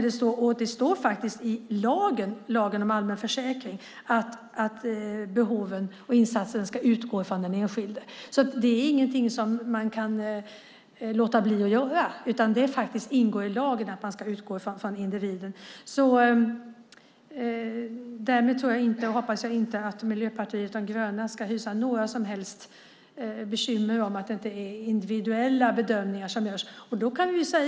Det står faktiskt i lagen om allmän försäkring att behoven och insatsen ska utgå från den enskilde. Det är ingenting som man kan låta bli att göra. Det ingår faktiskt i lagen att man ska utgå från individen. Därmed hoppas jag att Miljöpartiet de gröna inte ska hysa några bekymmer om att det inte är individuella bedömningar som görs.